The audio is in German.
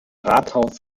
rathaus